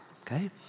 okay